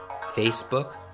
Facebook